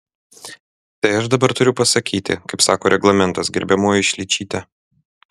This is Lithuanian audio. tai aš dabar turiu pasakyti kaip sako reglamentas gerbiamoji šličyte